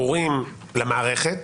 ברורים למערכת,